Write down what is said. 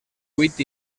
buit